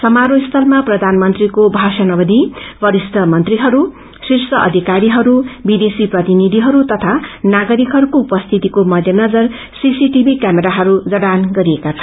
समारोह स्थलमा प्रधानमन्त्रीको थाषण अवधि वरिष्ठ मंत्रीहरू शीर्ष अधिकारीहरू विदेशी प्रतिनिधिहरू तथा नागरिकहरूको उपरियतिको मध्यनजर सीसीटीभी कैमराहरू जड़ान गरिएका छ